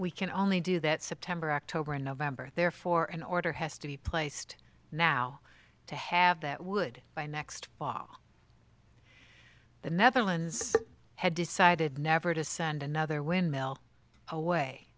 we can only do that september october and november therefore an order has to be placed now to have that would by next fall the netherlands had decided never to send another windmill away